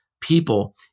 people